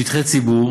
שטחי ציבור